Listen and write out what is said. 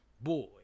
Boy